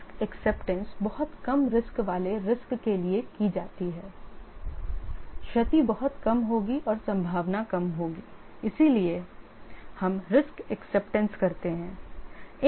risk acceptance बहुत कम risk वाले रिस्क के लिए की जाती है क्षति बहुत कम होगी और संभावना कम होगी इसलिए हम रिस्क एक्सेप्टेंस करते हैं